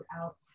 out